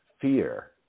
fear